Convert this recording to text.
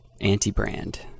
anti-brand